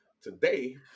today